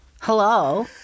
Hello